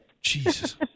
Jesus